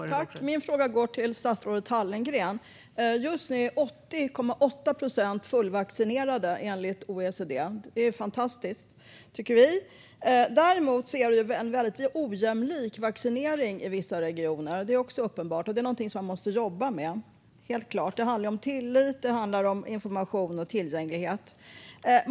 Fru talman! Min fråga går till statsrådet Hallengren. Just nu är 80,8 procent fullvaccinerade enligt OECD. Det är fantastiskt, tycker vi. Däremot är det en väldigt ojämlik vaccinering i vissa regioner. Det är också uppenbart och någonting som vi måste jobba med, helt klart. Det handlar om tillit, information och tillgänglighet.